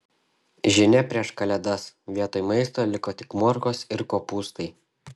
žinia prieš kalėdas vietoj maisto liko tik morkos ir kopūstai